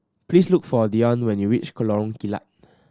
please look for Deion when you reach Lorong Kilat